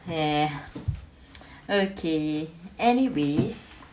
eh okay anyways